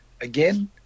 again